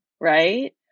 right